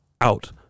out